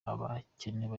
abakenera